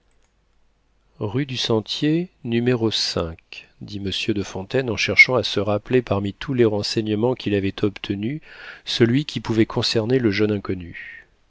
rue du sentier n dit monsieur de fontaine en cherchant à se rappeler parmi tous les renseignements qu'il avait obtenus celui qui pouvait concerner le jeune inconnu